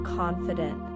confident